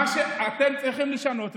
מה שאתם צריכים לשנות,